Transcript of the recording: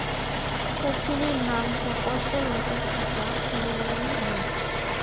सचिनेर नाम स पोस्टल बचत खाता खुलवइ ले